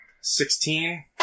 sixteen